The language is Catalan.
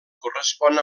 correspon